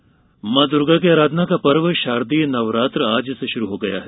नवरात्र मां दुर्गा की आराधना का पर्व शारदीय नवरात्र आज से शुरू हो गया है